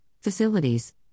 facilities